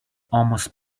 almost